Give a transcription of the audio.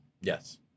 Yes